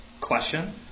question